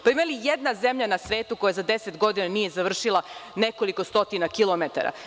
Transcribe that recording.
Pa, ima li je jedna zemlja na svetu koja za 10 godina nije završila nekoliko stotina kilometara?